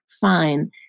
fine